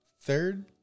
third